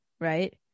right